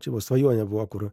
čia buvo svajonė buvo kur